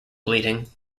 bleeding